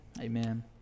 Amen